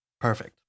Perfect